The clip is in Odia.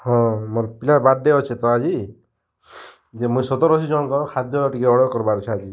ହଁ ମୋର୍ ପିଲାର୍ ବାର୍ଥଡ଼େ ଅଛେ ତ ଆଜି ଯେ ମୁଇଁ ସତୁର୍ ଅଶୀ ଜଣଙ୍କର୍ ଖାଦ୍ୟ ଟିକେ ଅର୍ଡ଼ର୍ କର୍ବାର୍ ଅଛେ ଆଜି